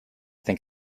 think